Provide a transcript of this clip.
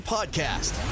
Podcast